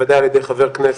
בוודאי על ידי חבר כנסת,